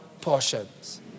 portions